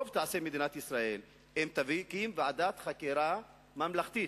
טוב תעשה מדינת ישראל אם תקים ועדת חקירה ממלכתית,